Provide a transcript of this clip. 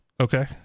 Okay